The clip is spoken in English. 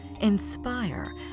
inspire